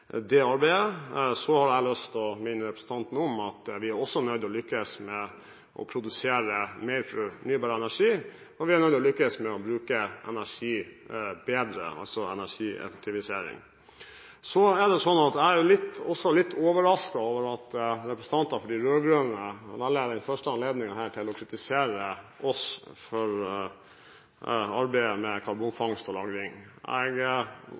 det arbeidet. Så har jeg lyst til å minne representanten om at vi også er nødt til å lykkes med å produsere mer fornybar energi, og vi er nødt til å lykkes med å bruke energien bedre, altså: energieffektivisering. Jeg er litt overrasket over at representanter for de rød-grønne velger denne første anledningen til å kritisere oss for arbeidet med karbonfangst og -lagring. Jeg overtok på mange områder ikke akkurat et veldig ryddig bo når det gjelder karbonfangst og -lagring. Jeg